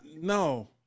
No